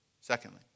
Secondly